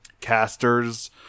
casters